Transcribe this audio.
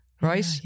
Right